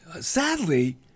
sadly